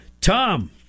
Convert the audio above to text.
Tom